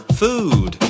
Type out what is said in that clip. food